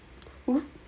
oh